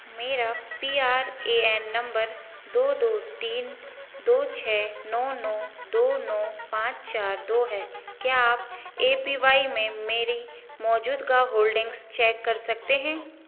मेरा P R A N number दो दो तीन दो छे नौ नौ दो नौ पाँच चार दो है क्या आप ए पी वाई में मेरी मौजूगा होल्डिंग्स चेक कर सकते हैं